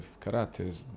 karate